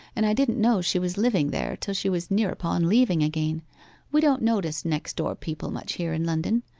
and i didn't know she was living there till she was near upon leaving again we don't notice next-door people much here in london.